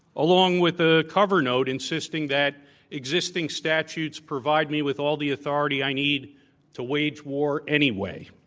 along with a cover note insisting that existing statutes provide me with all the authority i need to wage war anyway.